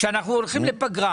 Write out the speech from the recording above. כשאנחנו הולכים לפגרה.